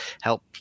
help